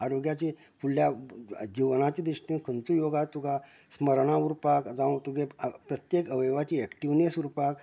आरोग्याचे फुडल्या जीवनांचे दिश्टेन खंयचे योगा तुकां स्मरणांक उरपाक जावं तुगें प्रत्येक अव्यवाची एक्टिवनेस उरपाक